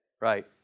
right